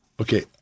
Okay